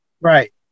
right